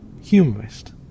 Humorist